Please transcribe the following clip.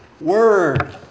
word